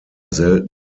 selten